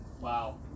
Wow